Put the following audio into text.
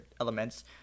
elements